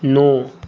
न'